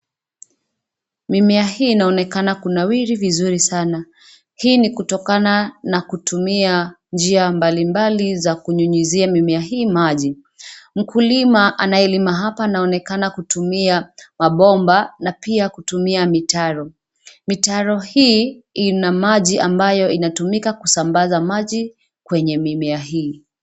Mimea hii inaonekana kunawiri vizuri sana. Hii ni kutokana na kutumia njia mbalimbali za kunyunyizia mimea hii maji. Mkulima anayelima hapa anaonekana kutumia mabomba na pia kutumia mitaro. Mitaro hii, ina maji ambayo inatumika kusambaza maji kwenye mimea hii.